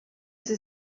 sie